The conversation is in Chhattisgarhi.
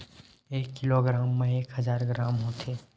एक किलोग्राम मा एक हजार ग्राम होथे